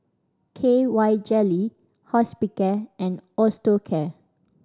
K Y Jelly Hospicare and Osteocare